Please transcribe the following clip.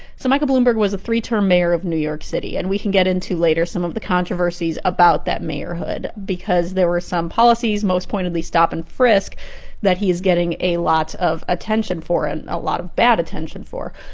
so michael bloomberg was a three-term mayor of new york city. and we can get into, later, some of the controversies about that mayorhood because there were some policies most pointedly, stop and frisk that he is getting a lot of attention for, and a lot of bad attention for.